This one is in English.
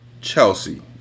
Chelsea